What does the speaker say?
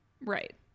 right